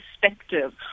perspective